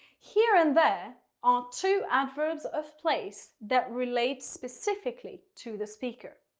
here and there are two adverbs of place that relates specifically to the speaker.